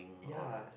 ya